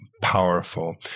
powerful